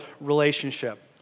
relationship